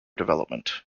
development